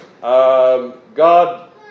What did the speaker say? God